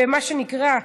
ומה שנקרא,